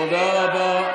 תודה רבה.